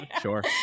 Sure